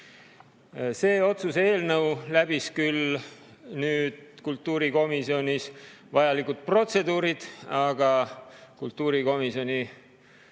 See otsuse eelnõu läbis kultuurikomisjonis küll vajalikud protseduurid, aga kultuurikomisjoni